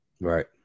Right